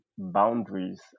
boundaries